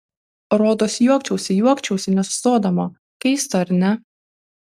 rodos juokčiausi juokčiausi nesustodama keista ar ne